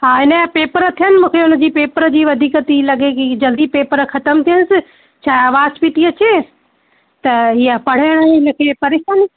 हा हिनजा पेपर थियनि मूंखे हुनजी पेपर जी वधीक थी लॻे कि जल्दी पेपर ख़तमु थियसि छाहे आवाज़ पेई थी अचे त हीअ पढ़ाई न की परीक्षाऊं